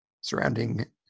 surrounding